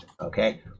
okay